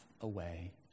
away